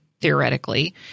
theoretically